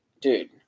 Dude